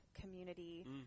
community